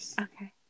Okay